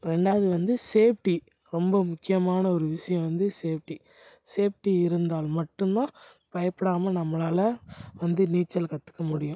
ரெண்டாவது வந்து சேஃப்ட்டி ரொம்ப முக்கியமான ஒரு விஷயம் வந்து சேஃப்ட்டி சேஃப்ட்டி இருந்தால் மட்டும்தான் பயப்படாமல் நம்மளால் வந்து நீச்சல் கற்றுக்க முடியும்